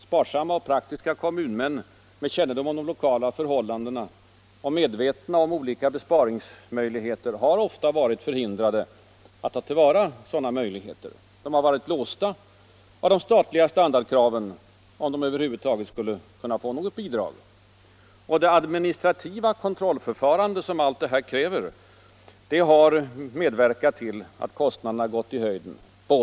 Sparsamma och praktiska kommunalmän med kännedom om de lokala förhållandena och medvetna om olika besparingsmöjligheter har ofta varit förhindrade att ta till vara dessa. De har varit låsta av de statliga standardkraven, om de över huvud taget skulle kunna påräkna något bidrag. Det administrativa kontrollförfarandet på både den statliga och kommunala sidan har också medverkat till att kostnaderna gått i höjden.